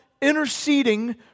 interceding